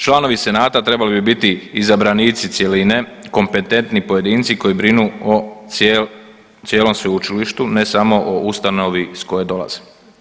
Članovi senata trebali bi biti izabranici cjeline, kompetentni pojedinci koji brinu o cijelom sveučilištu ne samo o ustanovi iz koje dolaze.